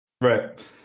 right